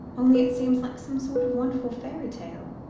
only it seems like some sort of wonderful fairy tale,